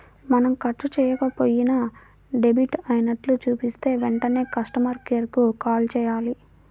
మనం ఖర్చు చెయ్యకపోయినా డెబిట్ అయినట్లు చూపిస్తే వెంటనే కస్టమర్ కేర్ కు కాల్ చేయాలి